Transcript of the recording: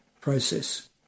process